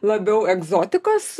labiau egzotikos